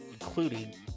including